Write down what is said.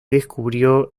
descubrió